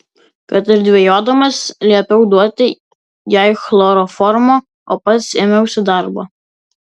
kad ir dvejodamas liepiau duoti jai chloroformo o pats ėmiausi darbo